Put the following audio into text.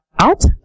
out